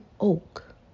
oak